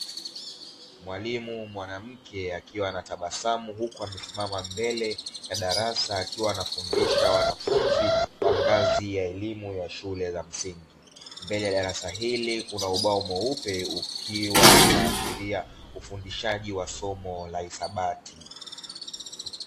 Mwalimu mwanamke akiwa anatabasamu huku amesimama mbele ya darasa akiwa anafundisha wanafunzi wa ngazi ya elimu ya shule za msingi. Mbele ya darasa hili kuna ubao mweupe ukiwa unaashiria ufundishaji wa somo la hesabati.